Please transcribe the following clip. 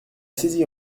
saisis